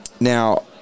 Now